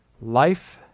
life